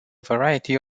variety